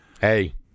Hey